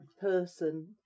person